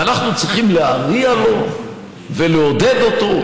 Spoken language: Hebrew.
ואנחנו צריכים להריע לו ולעודד אותו?